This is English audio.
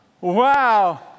Wow